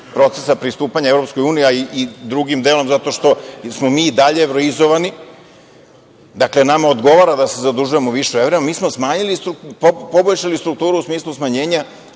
procesa pristupanja EU, a i drugim delom zato što smo mi i dalje evroizovani, dakle, nama odgovara da se zadužujemo više u evrima, mi smo smanjili, poboljšali strukturu u smislu smanjenja